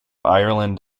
ireland